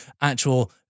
actual